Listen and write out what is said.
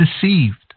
deceived